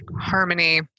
harmony